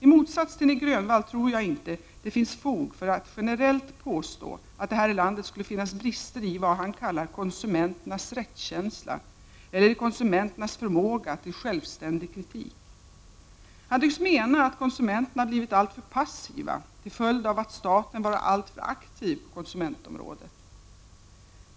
I motsats till Nic Grönvall tror jag inte det finns fog för att generellt påstå att det här i landet skulle finnas brister i vad han kallar konsumenternas rättskänsla eller i konsumenternas förmåga till självständig kritik. Han tycks mena att konsumenterna blivit alltför passiva till följd av att staten varit alltför aktiv på konsumentområdet.